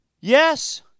yes